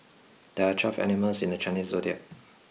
there are twelve animals in the Chinese zodiac